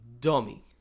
dummy